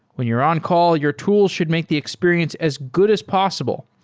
when you're on-call, your tools should make the experience as good as possible.